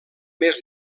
més